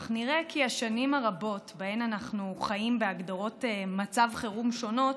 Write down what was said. אך נראה כי השנים הרבות שבהן אנחנו חיים בהגדרות מצב חירום שונות